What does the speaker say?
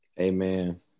Amen